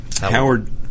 Howard